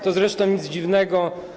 To zresztą nic dziwnego.